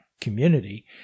community